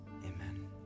amen